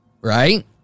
Right